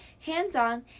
hands-on